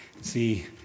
see